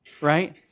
right